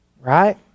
right